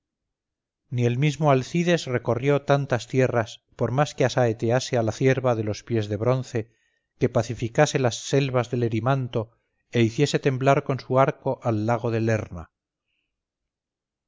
ni el mismo alcides recorrió tantas tierras por más que asaetease a la cierva de los pies de bronce que pacificase las selvas del erimanto e hiciese temblar con su arco al lago de lerna